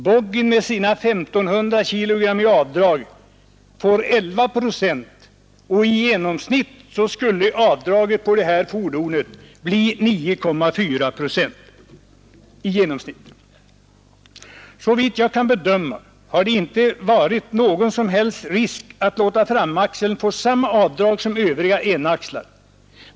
Boggien med sina 1 500 kg avdrag motsvarar 11 procent. I genomsnitt blir det omkring 9,8 procent överlast. Såvitt jag kan bedöma hade det inte varit någon som helst risk att låta framaxeln få samma avdrag som övriga en-axlar.